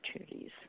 opportunities